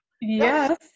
Yes